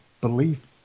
belief